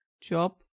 job